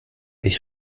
ich